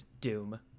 doom